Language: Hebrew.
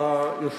אדוני.